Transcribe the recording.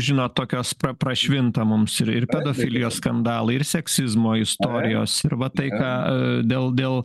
žinot tokios pra prašvinta mums ir ir pedofilijos skandalai ir seksizmo istorijos ir vat tai ką e dėl dėl